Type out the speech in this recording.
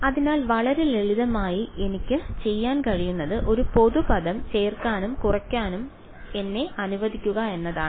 അതിനാൽ വളരെ ലളിതമായി എനിക്ക് ചെയ്യാൻ കഴിയുന്നത് ഒരു പൊതു പദം ചേർക്കാനും കുറയ്ക്കാനും എന്നെ അനുവദിക്കുക എന്നതാണ്